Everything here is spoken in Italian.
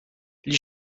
gli